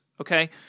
Okay